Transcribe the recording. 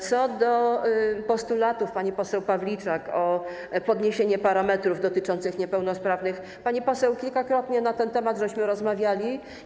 Co do postulatów pani poseł Pawliczak w sprawie podniesienia parametrów dotyczących niepełnosprawnych - pani poseł, kilkakrotnie na ten temat rozmawialiśmy.